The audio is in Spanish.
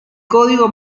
código